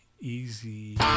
Easy